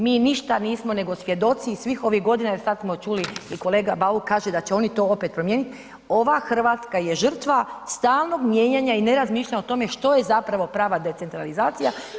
Mi ništa nismo nego svjedoci svih ovih godina, sada smo čuli i kolega Bauk kaže da će oni to opet promijeniti, ova Hrvatska je žrtva stalnog mijenjanja i ne razmišlja o tome što je zapravo prava decentralizacija.